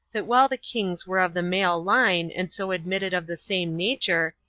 that while the kings were of the male line, and so admitted of the same nature,